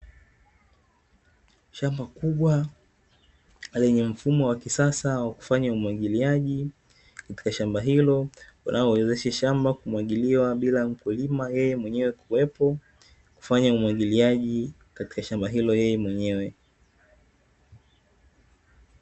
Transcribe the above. Shamba kubwa, lenye mfumo wa kisasa wa kufanya umwagiliaji katika shamba hilo linaowezesha shamba kumwagiliwa bila mkulima yeye mwenyewe kuwepo kufanya umwagiliaji katika shamba hilo yeye mwenyewe.